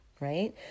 right